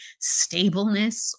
stableness